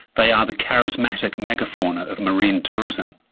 they are the charismatic megafauna of marine tourism.